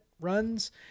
runs